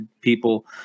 people